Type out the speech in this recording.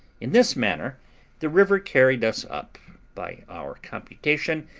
in this manner the river carried us up, by our computation,